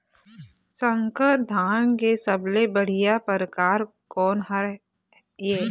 संकर धान के सबले बढ़िया परकार कोन हर ये?